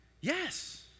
Yes